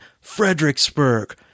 Fredericksburg